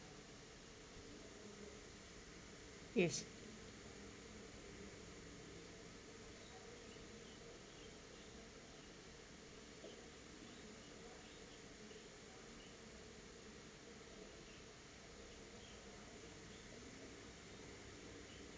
is